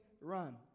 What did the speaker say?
run